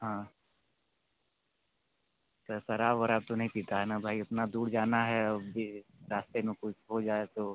हाँ सर शराब वराब तो नहीं पीता है न भाई इतना दूर जाना है अभी रास्ते में कुछ हो जाए तो